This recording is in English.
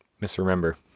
misremember